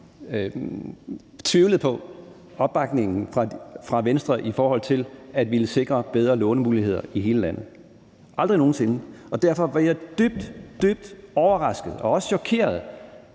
tvivlet på opbakningen fra Venstre i forhold til at ville sikre bedre lånemuligheder i hele landet – aldrig nogen sinde. Og derfor var jeg dybt, dybt overrasket og også chokeret,